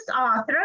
author